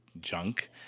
junk